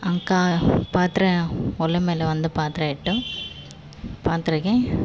ಅಂಕಾ ಪಾತ್ರೆ ಒಲೆ ಮೇಲೆ ಒಂದು ಪಾತ್ರೆ ಇಟ್ಟು ಪಾತ್ರೆಗೆ